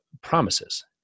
promises